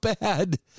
bad